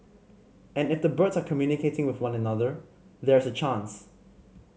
and if the birds are communicating with one another there's a chance